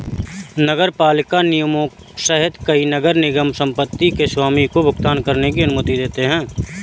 नगरपालिका निगमों सहित कई नगर निगम संपत्ति के स्वामी को भुगतान करने की अनुमति देते हैं